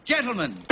gentlemen